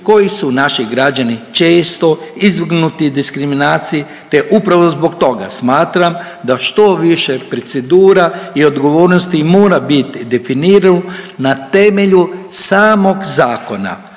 kojih su naši građani teško izvrgnuti diskriminaciji, te upravo zbog toga smatram da što više procedura i odgovornosti mora biti definirano na temelju samog zakona,